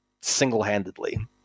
single-handedly